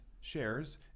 shares